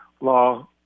Law